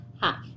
Half